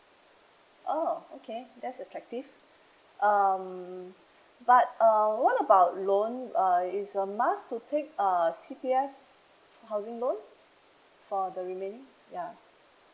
oh okay that's attractive um but uh what about loan uh is a must to take err C P F housing loan for the remaining ya